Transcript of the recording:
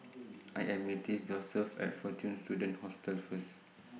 I Am meeting Joeseph At Fortune Students Hostel First